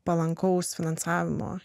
palankaus finansavimo